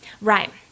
Right